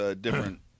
different